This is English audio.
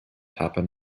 happen